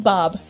Bob